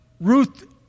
Ruth